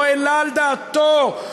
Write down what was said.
לא העלה על דעתו,